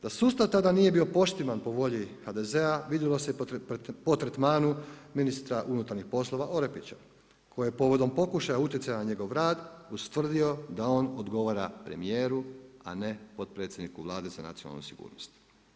Da sustav tada nije bio poštiman po volji HDZ-a vidjelo se i po tretmanu ministru unutarnjih poslova Orepića koji je povodom pokušaja utjecaja na njegov rad utvrdio da on odgovora premjeru, a ne potpredsjedniku Vlade za nacionalnu sigurnost.